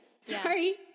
Sorry